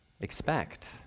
expect